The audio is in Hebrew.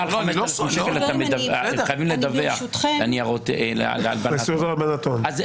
הם חייבים לדווח להלבנת הון על כל סכום מעל 5,000 שקל.